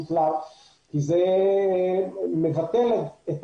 ולבטל את